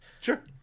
Sure